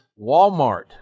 Walmart